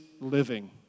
living